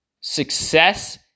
Success